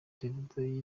davido